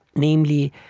namely,